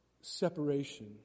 separation